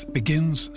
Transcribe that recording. begins